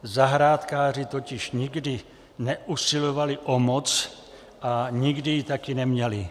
Zahrádkáři totiž nikdy neusilovali o moc a nikdy ji taky neměli.